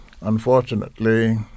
Unfortunately